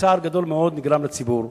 צער גדול מאוד נגרם לציבור.